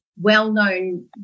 well-known